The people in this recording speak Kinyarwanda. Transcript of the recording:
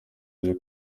byo